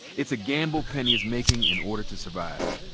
it's a gamble penny is making in order to survive.